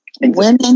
women